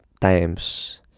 times